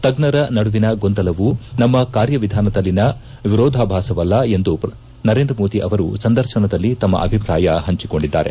ತಜ್ಞರ ನಡುವಿನ ಗೊಂದಲವು ನಮ್ಮ ಕಾರ್ಯವಿಧಾನದಲ್ಲಿನ ಎರೋಧಾಭ್ಯಾಸವಲ್ಲ ಎಂದು ನರೇಂದ್ರಮೋದಿ ಅವರು ಸಂದರ್ಶನದಲ್ಲಿ ತಮ್ಮ ಅಭಿಪ್ರಾಯ ಪಂಚಿಕೊಂಡಿದ್ದಾರೆ